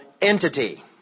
entity